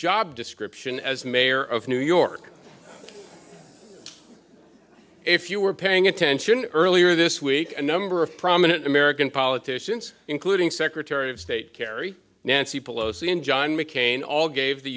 job description as mayor of new york if you were paying attention earlier this week and number of prominent american politicians including secretary of state kerry nancy pelosi and john mccain all gave the